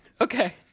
Okay